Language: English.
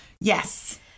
yes